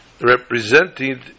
represented